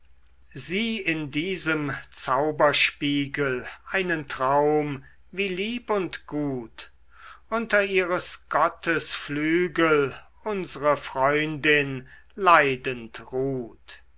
sieh in diesem zauberspiegel einen traum wie lieb und gut unter ihres gottes flügel unsre freundin leidend ruht